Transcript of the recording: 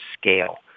scale